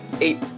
Eight